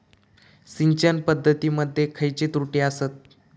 सिंचन पद्धती मध्ये खयचे त्रुटी आसत?